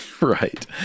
Right